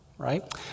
Right